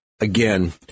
again